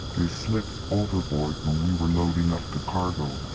they slipped overboard when we were loading up the cargo.